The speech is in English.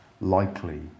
likely